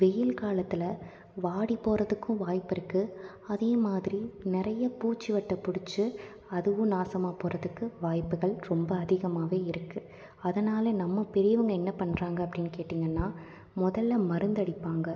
வெயில் காலத்தில் வாடிப்போகிறதுக்கும் வாய்ப்பு இருக்குது அதே மாதிரி நிறைய பூச்சி வட்டை பிடிச்சி அதுவும் நாசமாக போகிறதுக்கு வாய்ப்புகள் ரொம்ப அதிகமாகவே இருக்குது அதனால் நம்ம பெரியவங்கள் என்ன பண்ணுறாங்க அப்படின் கேட்டிங்கன்னால் முதல்ல மருந்தடிப்பாங்க